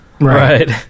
Right